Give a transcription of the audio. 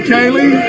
Kaylee